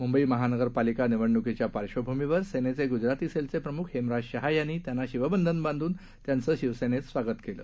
मुंबई महानगर पालिका निवडण्कीच्या पार्श्वभूमीवर सेनेचे गुजराती सेलचे प्रमुख हेमराज शहा यांनी त्यांना शिवबंधन बांधून त्यांचं शिवसेनेत स्वागत केलं